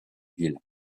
ville